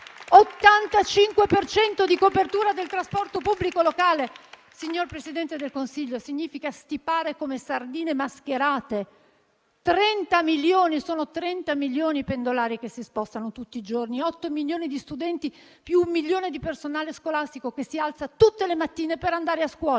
di copertura del trasporto pubblico locale significa stipare come sardine mascherate i 30 milioni di pendolari che si spostano tutti i giorni. Gli 8 milioni di studenti e un milione di personale scolastico che si alzano tutte le mattine per andare a scuola